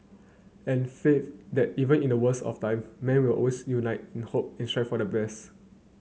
and faith that even in the worst of time man will always unite in hope and strive for the